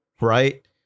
right